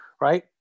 right